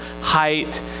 height